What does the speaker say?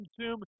consume